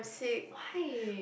why